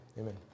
Amen